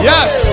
Yes